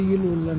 யில் உள்ளன